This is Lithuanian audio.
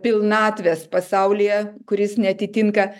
pilnatvės pasaulyje kuris neatitinka